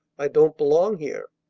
i don't belong here.